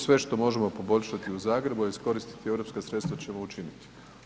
Sve što možemo poboljšati u Zagrebu, a iskoristiti europska sredstva ćemo učiniti.